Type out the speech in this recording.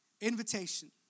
Invitation